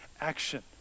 action